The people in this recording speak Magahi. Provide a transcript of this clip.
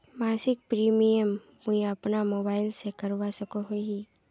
मासिक प्रीमियम मुई अपना मोबाईल से करवा सकोहो ही?